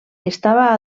estava